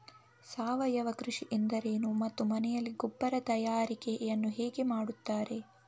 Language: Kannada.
ಸಾವಯವ ಕೃಷಿ ಎಂದರೇನು ಮತ್ತು ಮನೆಯಲ್ಲಿ ಗೊಬ್ಬರ ತಯಾರಿಕೆ ಯನ್ನು ಹೇಗೆ ಮಾಡುತ್ತಾರೆ?